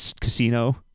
casino